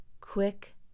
quick